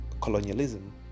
colonialism